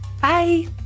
Bye